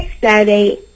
Saturday